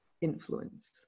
influence